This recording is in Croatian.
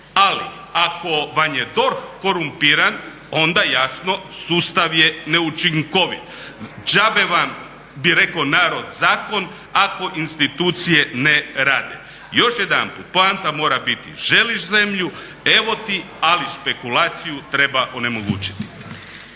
Ali, ako vam je DORH korumpiran onda jasno sustav je neučinkovit. Džabe vam, bi rekao narod, zakon ako institucije ne rade. Još jedanput poanta mora biti želiš zemlju, evo ti, ali špekulaciju treba onemogućiti.